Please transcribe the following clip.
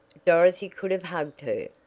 dorothy could have hugged her.